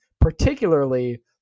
particularly